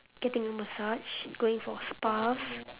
getting a massage going for spas